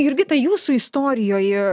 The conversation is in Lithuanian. jurgita jūsų istorijoj